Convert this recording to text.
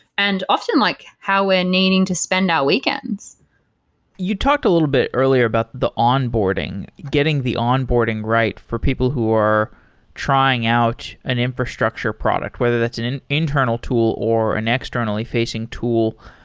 and often, like how we're needing to spend our weekends you talked a little bit earlier about the onboarding, getting the onboarding right for people who are trying out an infrastructure product, whether that's an an internal tool or an externally-facing tool.